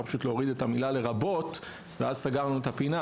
פשוט להוריד את המילה "לרבות" ואז סגרנו את הפינה,